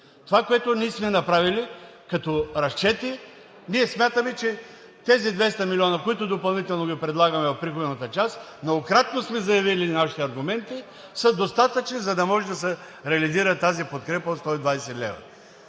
Това, което ние сме направили като разчети, ние смятаме, че тези 200 милиона, които допълнително Ви предлагаме в приходната част, многократно сме заявили нашите аргументи, са достатъчни, за да може да се реализира тази подкрепа от 120 лв.